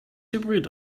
hybrid